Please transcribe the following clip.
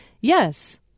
Yes